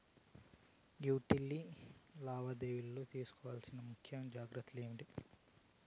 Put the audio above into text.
Utility లావాదేవీల లో తీసుకోవాల్సిన ముఖ్య జాగ్రత్తలు ఏమేమి?